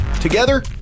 Together